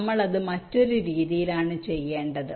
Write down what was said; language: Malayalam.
നമ്മൾ അത് മറ്റൊരു രീതിയിലാണ് ചെയ്യേണ്ടത്